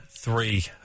Three